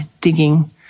digging